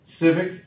civic